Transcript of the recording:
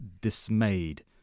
dismayed